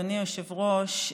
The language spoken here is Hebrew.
אדוני היושב-ראש,